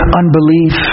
unbelief